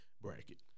bracket